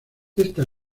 esta